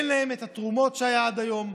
אין להן את התרומות שהיו עד היום,